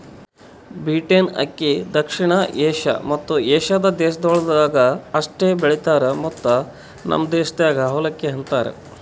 beaten ಅಕ್ಕಿ ದಕ್ಷಿಣ Asia ಮತ್ತ ಏಷ್ಯಾದ ದೇಶಗೊಳ್ದಾಗ್ ಅಷ್ಟೆ ಬೆಳಿತಾರ್ ಮತ್ತ ನಮ್ ದೇಶದಾಗ್ ಅವಲಕ್ಕಿ ಅಂತರ್